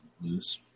loose